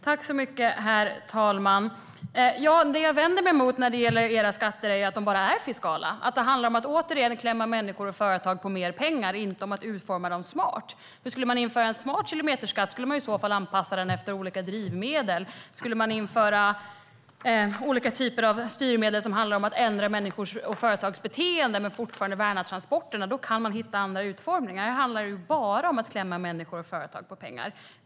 Herr talman! Det jag vänder mig mot när det gäller era skatter är att de bara är fiskala. Det handlar om att återigen klämma människor och företag på mer pengar, inte om att utforma skatterna smart. En smart kilometerskatt skulle man anpassa efter olika drivmedel. Vill man införa olika typer av styrmedel som syftar till att ändra människors och företags beteende men fortfarande värna transporterna kan man hitta andra utformningar. Här handlar det bara om att klämma människor och företag på pengar.